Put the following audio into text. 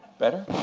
better?